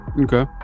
Okay